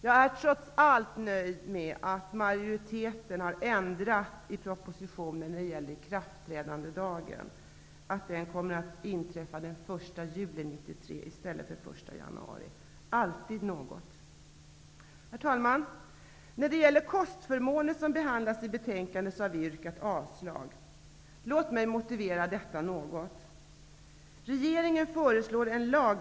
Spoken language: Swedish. Jag är trots allt nöjd med att majoriteten har ändrat propositionens förslag när det gäller ikraftträdandedagen. Den kommer att inträffa den 1 juli 1993 i stället för den 1 januari. Det är alltid något! Herr talman! Vi har yrkat avslag när det gäller de kostförmåner som behandlas i betänkandet. Låt mig motivera detta något.